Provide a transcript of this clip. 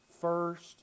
first